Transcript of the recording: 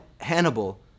Hannibal